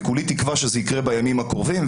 וכולי תקווה שזה יקרה בימים הקרובים,